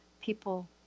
people